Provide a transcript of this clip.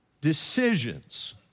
decisions